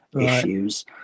issues